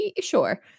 sure